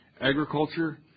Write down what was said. Agriculture